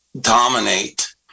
dominate